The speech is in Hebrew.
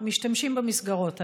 משתמשים במסגרות האלה.